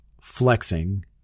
flexing